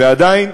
ועדיין,